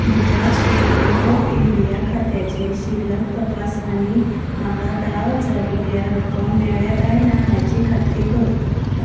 म्हज्या State Bank of India खात्याची शिल्लक तपास आनी म्हाका धा हजार रुपया रक्कम मेळ्ळ्या काय ना हाची खात्री कर